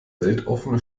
weltoffene